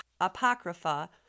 Apocrypha